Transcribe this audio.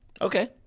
Okay